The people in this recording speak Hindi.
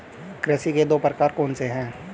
कृषि के दो प्रकार कौन से हैं?